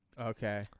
Okay